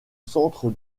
centre